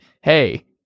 hey